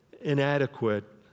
inadequate